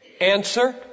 Answer